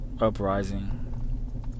Uprising